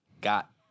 got